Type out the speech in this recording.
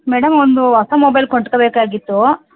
madam ಒಂದು ಹೊಸ mobile ಕೊಂಡ್ಕೋಬೇಕಾಗಿತ್ತು